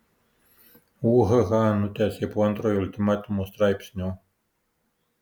ūhaha nutęsė po antrojo ultimatumo straipsnio